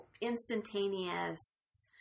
instantaneous